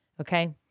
okay